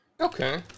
Okay